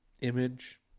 image